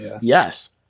Yes